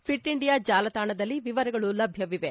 fit India ಜಾಲತಾಣದಲ್ಲಿ ವಿವರಗಳು ಲಭ್ಯವಿರುತ್ತದೆ